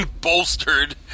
bolstered